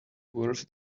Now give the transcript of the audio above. worse